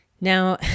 Now